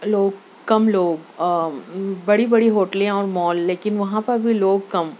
لوگ کم لوگ بڑی بڑی ہوٹلیں اور مال لیکن وہاں پر بھی لوگ کم